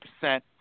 percent